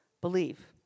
believe